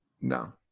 No